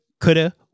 coulda